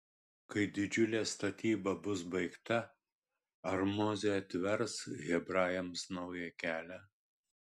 kai didžiulė statyba bus baigta ar mozė atvers hebrajams naują kelią